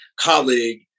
colleague